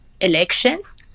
elections